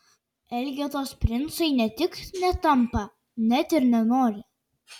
elgetos princai ne tik netampa net ir nenori